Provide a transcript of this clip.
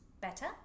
better